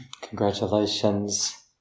congratulations